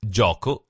Gioco